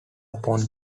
upon